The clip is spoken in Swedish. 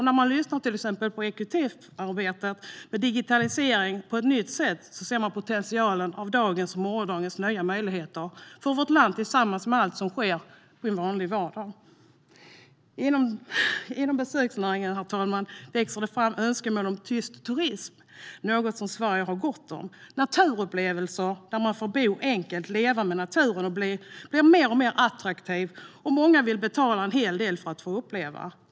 När man lyssnar på hur exempelvis EQT har arbetat med digitalisering på ett nytt sätt ser man potentialen i dagens och morgondagens nya möjligheter för vårt land, tillsammans med allt som sker en vanlig vardag. Herr talman! Inom besöksnäringen växer önskemål om tyst turism fram. Tystnad är något som Sverige har gott om. Här handlar det om naturupplevelser då man får bo enkelt och leva med naturen, vilket är något som blir mer och mer attraktivt. Många vill betala en hel del för att få uppleva detta.